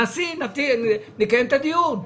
נשים את זה, נקיים את הדיון.